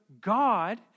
God